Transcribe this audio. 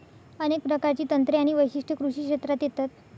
अनेक प्रकारची तंत्रे आणि वैशिष्ट्ये कृषी क्षेत्रात येतात